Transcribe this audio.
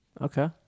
Okay